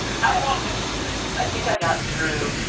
how long did you sing? i think i got through,